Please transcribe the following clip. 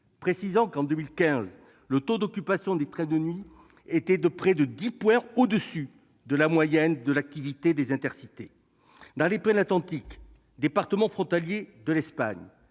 précisant que le taux d'occupation des trains de nuit était, en 2015, de près de 10 points au-dessus de la moyenne de l'activité des Intercités. Dans les Pyrénées-Atlantiques, département frontalier de l'Espagne,